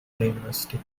university